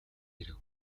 ирэв